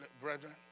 brethren